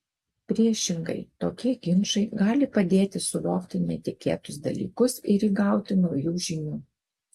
priešingai tokie ginčai gali padėti suvokti netikėtus dalykus ir įgauti naujų žinių